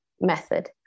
method